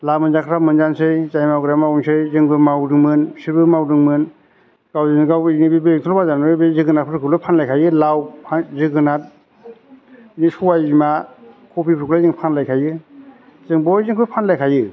लाब मोनजाग्राफ्रा मोनजानसै जाय मावग्राया मावनसै जोंबो मावदोंमोन बिसोरबो मावदोंमोन गावजों गाव बे जोगोनारफोरखौल' फानलाय खायो लाव जोगोनार बे सबाइ बिमा खफिफोरखौलाय जों फानलाय खायो जों बयजोंबो फानलाय खायो